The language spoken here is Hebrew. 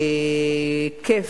לכיף.